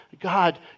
God